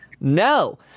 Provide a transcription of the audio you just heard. no